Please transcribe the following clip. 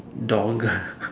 dogle